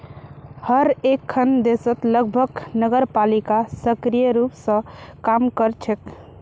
हर एकखन देशत लगभग नगरपालिका सक्रिय रूप स काम कर छेक